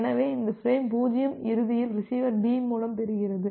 எனவே இந்த பிரேம் 0 இறுதியில் ரிசீவர் B மூலம் பெறுகிறது